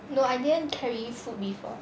no I didn't carry food before